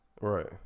Right